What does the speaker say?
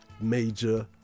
major